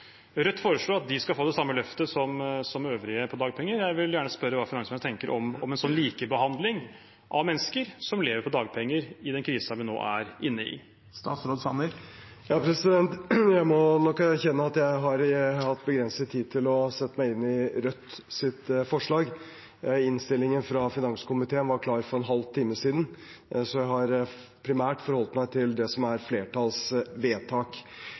Rødt foreslår at de skal få det samme løftet som øvrige på dagpenger. Jeg vil gjerne spørre hva finansministeren tenker om en sånn likebehandling av mennesker som lever på dagpenger, i den krisen vi nå er inne i. Jeg må nok erkjenne at jeg har hatt begrenset med tid til å sette meg inn i Rødts forslag. Innstillingen fra finanskomiteen var klar for en halv time siden, så jeg har primært forholdt meg til det som er flertallsvedtak.